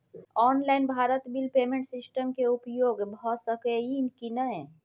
Online Bharat bill payment system के उपयोग भ सके इ की नय?